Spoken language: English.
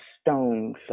stones